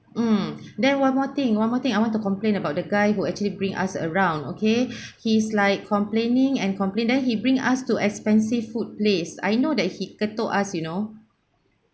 mm then one more thing one more thing I want to complain about the guy who actually bring us around okay he is like complaining and complain then he bring us to expensive food place I know that he ketuk us you know